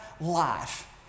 life